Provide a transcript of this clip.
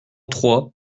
trois